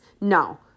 No